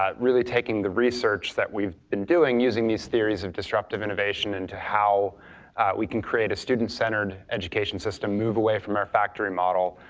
um really taking the research that we've been doing using these theories of disruptive innovation into how we can create a student-centered education system, move away from our factory model,